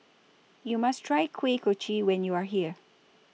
YOU must Try Kuih Kochi when YOU Are here